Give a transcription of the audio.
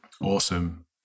Awesome